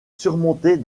surmontée